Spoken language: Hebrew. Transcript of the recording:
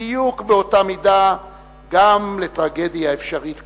בדיוק באותה מידה גם לטרגדיה אפשרית כזאת,